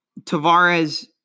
Tavares